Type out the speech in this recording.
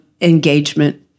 engagement